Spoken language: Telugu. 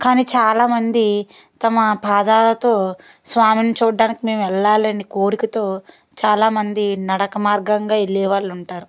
కానీ చాలామంది తమ పాదాలతో స్వామిని చూడ్డానికి మేము వెళ్ళాలి అనే కోరికతో చాలామంది నడక మార్గంగా వెళ్ళే వాళ్ళు ఉంటారు